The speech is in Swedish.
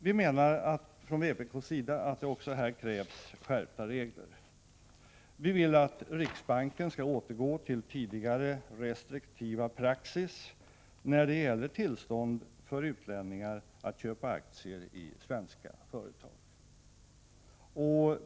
Vi menar från vpk att det också här krävs skärpta regler. Vi vill att riksbanken skall återgå till sin tidigare restriktiva praxis när det gäller tillstånd för utlänningar att köpa aktier i svenska företag.